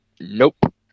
nope